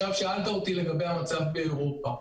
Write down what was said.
שאלת לגבי המצב באירופה.